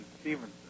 Stevenson